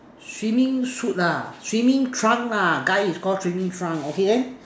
swimming suit lah swimming trunk lah guy is Call swimming trunk okay then